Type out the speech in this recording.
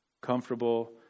comfortable